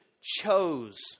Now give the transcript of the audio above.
chose